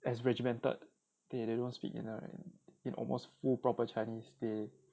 as regimented they they don't speak in in almost full proper chinese they